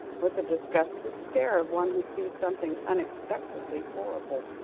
with the disgusted stare of one who sees something unexpectedly horrible,